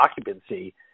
occupancy